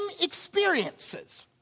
experiences